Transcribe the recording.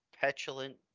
petulant